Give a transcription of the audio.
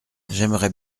j’aimerais